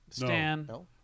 No